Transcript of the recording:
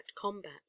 combat